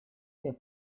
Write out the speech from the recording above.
der